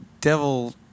devil